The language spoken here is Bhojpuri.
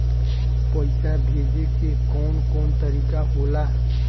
पइसा भेजे के कौन कोन तरीका होला?